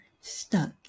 stuck